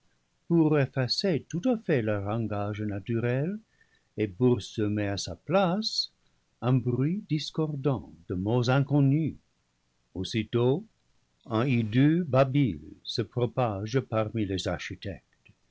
pour effacer tout à fait leur langage naturel et pour semer à sa place un bruit discordant de mots inconnus aussitôt un hideux babil se propage parmi les architectes